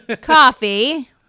coffee